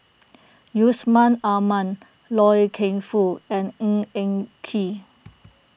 Yusman Aman Loy Keng Foo and Ng Eng Kee